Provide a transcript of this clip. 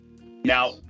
Now